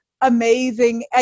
amazing